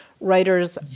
writers